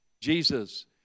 Jesus